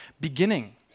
beginning